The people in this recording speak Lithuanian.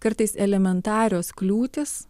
kartais elementarios kliūtys